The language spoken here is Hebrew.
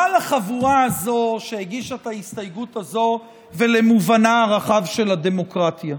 מה לחבורה הזו שהגישה את ההסתייגות הזו ולמובנה הרחב של הדמוקרטיה?